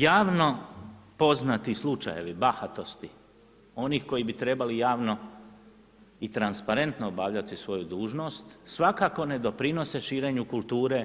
Javno poznati slučajevi, bahatosti, oni koji bi trebali javno i transparentno obavljati svoju dužnost, svakako ne doprinose širenje kulture